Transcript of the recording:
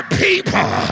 people